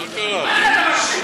מה זה הדבר הזה?